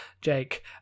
jake